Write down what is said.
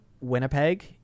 Winnipeg